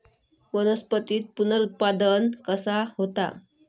वनस्पतीत पुनरुत्पादन कसा होता?